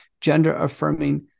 gender-affirming